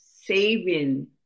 saving